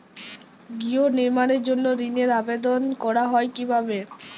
গৃহ নির্মাণের জন্য ঋণের আবেদন করা হয় কিভাবে?